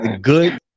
Good